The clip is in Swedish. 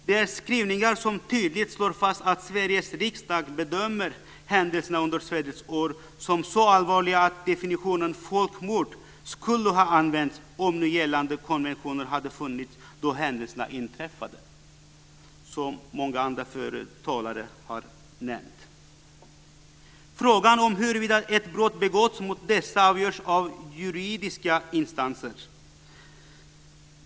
Det är skrivningar som tydligt slår fast att Sveriges riksdag bedömer händelserna under svärdets år som så allvarliga att definitionen folkmord skulle ha använts om nu gällande konventioner hade funnits då händelserna inträffade. Det har många av de tidigare talarna nämnt. Frågan om huruvida ett brott begåtts mot dessa avgörs av juridiska instanser.